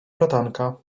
bratanka